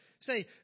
Say